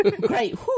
great